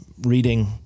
reading